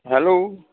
hello